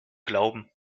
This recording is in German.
glauben